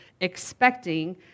expecting